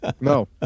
No